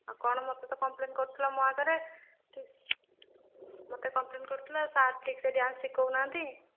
ଆଉ କ'ଣ ମୋତେ ତ କମ୍ପ୍ଲେନ କରୁଥିଲା ମୋ ଆଗରେ ଠିକ ମୋତେ କମ୍ପ୍ଲେନ କରୁଥିଲା ସାର୍ ଠିକ୍ ସେ ଡ୍ୟାନ୍ସ ଶିଖଉନାହାନ୍ତି